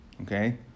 Okay